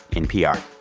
npr.